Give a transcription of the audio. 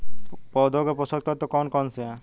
पौधों के पोषक तत्व कौन कौन से हैं?